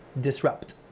Disrupt